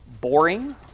boring